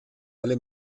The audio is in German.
alle